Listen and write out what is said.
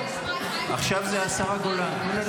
ששפוט לחמישה מאסרי עולם.